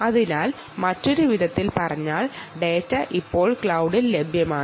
അതിനാൽ മറ്റൊരു വിധത്തിൽ പറഞ്ഞാൽ ഡാറ്റ ഇപ്പോൾ ക്ലൌഡിൽ ലഭ്യമാണ്